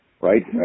right